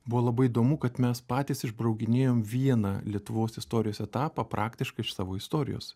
buvo labai įdomu kad mes patys išbraukinėjom vieną lietuvos istorijos etapą praktiškai iš savo istorijos